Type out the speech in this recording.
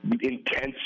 intense